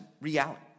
reality